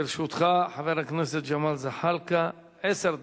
לרשותך, חבר הכנסת ג'מאל זחאלקה, עשר דקות.